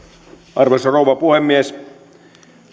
arvoisa rouva puhemies